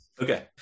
okay